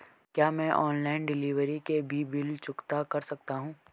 क्या मैं online delivery के भी बिल चुकता कर सकता हूँ?